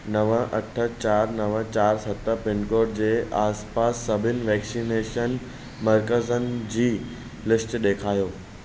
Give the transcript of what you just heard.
नव अठ चारि नव चारि सत पिनकोड जे आसपास सभिनी वैक्सीनेशन मर्कज़नि जी लिस्ट ॾेखारियो